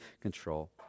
control